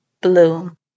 bloom